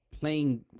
playing